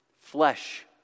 Flesh